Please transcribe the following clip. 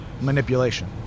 manipulation